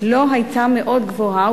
לא היתה מאוד גבוהה,